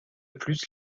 plus